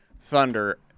Thunder